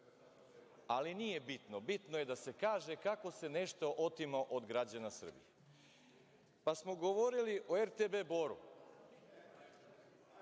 Ali, nije bitno. Bitno je da se kaže kako se nešto otima od građana Srbije. Kad smo govorili o RTB Boru,